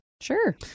Sure